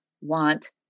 want